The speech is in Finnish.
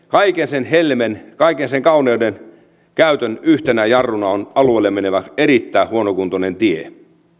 niin kaiken sen helmen kaiken sen kauneuden käytön yhtenä jarruna on alueelle menevä erittäin huonokuntoinen tie